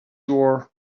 your